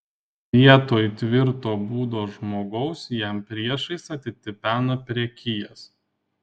vietoj tvirto būdo žmogaus jam priešais atitipena prekijas